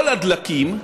כל הדלקים,